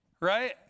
Right